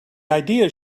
ideas